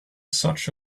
such